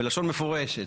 בלשון מפורשת,